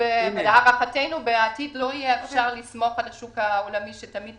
להערכתנו בעתיד לא יהיה אפשר לסמוך על השוק העולמי שתמיד